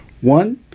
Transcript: One